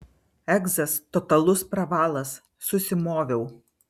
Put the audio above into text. egzas totalus pravalas susimoviau